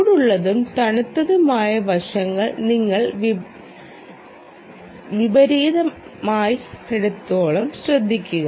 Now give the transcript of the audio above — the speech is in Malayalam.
ചൂടുള്ളതും തണുത്തതുമായ വശങ്ങൾ നിങ്ങൾ വിപരീതമാക്കരുതെന്നതും ശ്രദ്ധിക്കുക